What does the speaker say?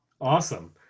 Awesome